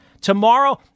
Tomorrow